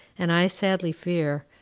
and, i sadly fear,